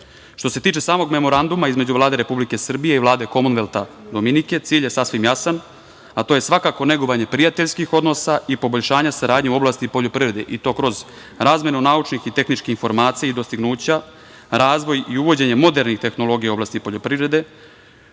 se tiče samog Memoranduma između Vlade Republike Srbije i Vlade Komonvelta Dominike cilj je sasvim jasan, a to je svakako negovanje prijateljskih odnosa i poboljšanja saradnje u oblasti poljoprivrede i to kroz razmenu naučnih i tehničkih informacija i dostignuća, razvoj i uvođenje modernih tehnologija u oblasti poljoprivrede,